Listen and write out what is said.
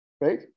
right